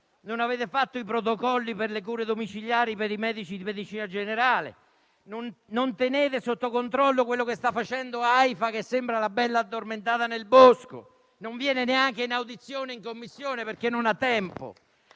Non avete fatto i protocolli per le cure domiciliari per i medici di medicina generale. Non tenete sotto controllo quello che sta facendo l'Aifa, che sembra la bella addormentata nel bosco. Non viene neanche in audizione in Commissione perché non ha tempo.